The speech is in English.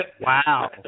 Wow